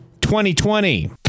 2020